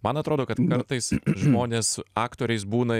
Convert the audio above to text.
man atrodo kad kartais žmonės aktoriais būna